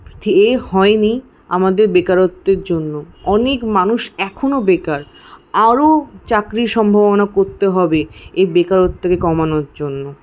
হয়নি আমাদের বেকারত্বের জন্য অনেক মানুষ এখনও বেকার আরও চাকরির সম্ভাবনা করতে হবে এই বেকারত্বকে কমানোর জন্য